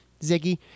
Ziggy